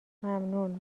ممنون